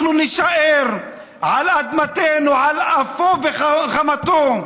אנחנו נישאר על אדמתנו על אפו ועל חמתו,